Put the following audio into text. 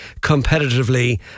competitively